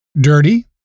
Dirty